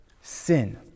sin